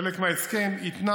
חלק מההסכם התנה